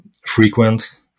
frequent